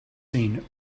seen